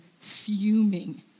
fuming